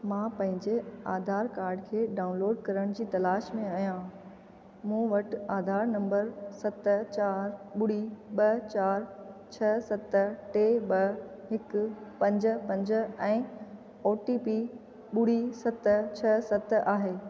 मां पंहिंजे आधार कार्ड खे डाउनलोड करण जी तलाश में आहियां मूं वटि आधार नंबर सत चारि ॿुड़ी ॿ चारि छह सत टे ॿ हिकु पंज पंज ऐं ओ टी पी ॿुड़ी सत छह सत आहे